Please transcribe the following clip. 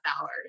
hours